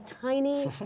tiny